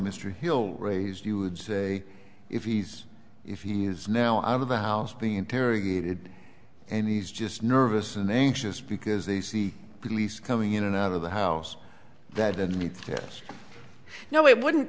he'll raise you would say if he's if he is now out of the house being interrogated and he's just nervous and anxious because they see police coming in and out of the house that doesn't mean yes no it wouldn't